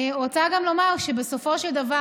אני רוצה גם לומר שבסופו של דבר